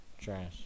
trash